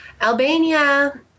Albania